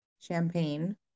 champagne